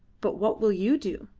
but what will you do?